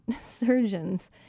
surgeons